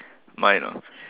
mine ah